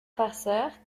farceurs